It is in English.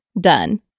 done